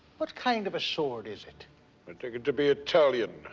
what kind of a sword is it? i take it to be italian,